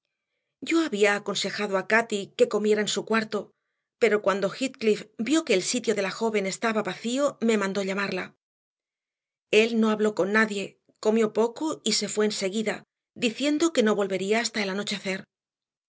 yo había aconsejado a cati que comiera en su cuarto pero cuando heathcliff vio que el sitio de la joven estaba vacío me mandó llamarla él no habló con nadie comió poco y se fue enseguida diciendo que no volvería hasta el